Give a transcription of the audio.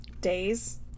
days